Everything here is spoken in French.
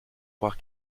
croire